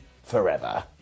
forever